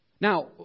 Now